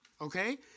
Okay